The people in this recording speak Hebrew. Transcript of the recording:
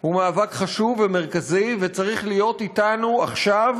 הוא מאבק חשוב ומרכזי, וצריך להיות אתנו עכשיו,